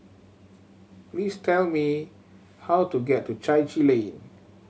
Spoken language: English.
please tell me how to get to Chai Chee Lane